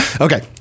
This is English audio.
okay